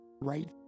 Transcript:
right